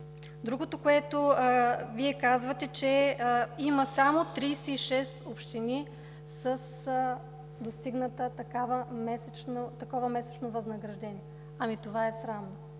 Другото, което е: Вие казвате, че има само 36 общини с достигнато такова месечно възнаграждение. Ами това е срамно!